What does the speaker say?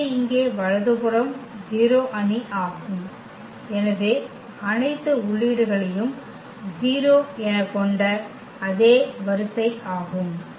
எனவே இங்கே வலது புறம் 0 அணி ஆகும் எனவே அனைத்து உள்ளீடுகளையும் 0 என கொண்ட அதே வரிசை ஆகும்